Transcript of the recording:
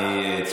הפנים.